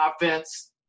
offense